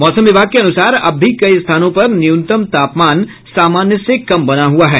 मौसम विभाग के अनुसार अब भी कई स्थानों पर न्यूनतम तापमान सामान्य से कम बना हुआ है